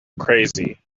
crazy